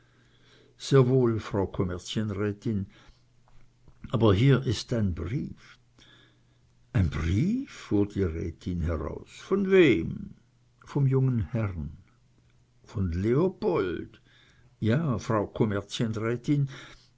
sehr wohl frau kommerzienrätin aber hier ist ein brief ein brief fuhr die rätin heraus von wem vom jungen herrn von leopold ja frau